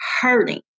hurting